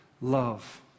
Love